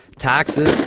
taxes,